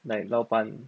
like 老板